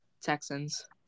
Texans